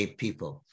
people